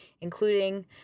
including